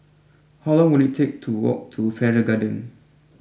how long will it take to walk to Farrer Garden